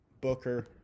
Booker